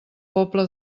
pobla